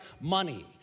money